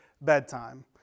bedtime